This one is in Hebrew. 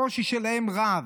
הקושי שלהן רב,